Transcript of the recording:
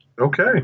Okay